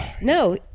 No